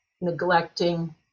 neglecting